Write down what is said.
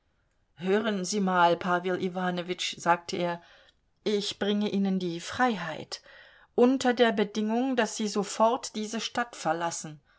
hören sie mal pawel iwanowitsch sagte er ich bringe ihnen die freiheit unter der bedingung daß sie sofort diese stadt verlassen